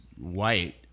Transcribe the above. white